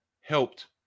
helped